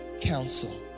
counsel